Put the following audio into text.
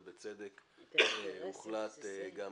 ובצדק הוחלט גם